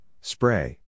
spray